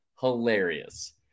hilarious